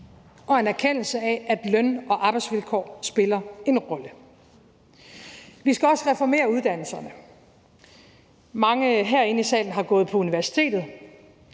og en erkendelse af, at løn og arbejdsvilkår spiller en rolle. Vi skal også reformere uddannelserne. Mange herinde i salen har gået på universitetet,